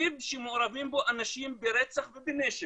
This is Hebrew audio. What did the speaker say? ריב שמעורבים בו אנשים ברצח ובנשק,